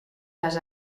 les